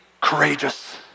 courageous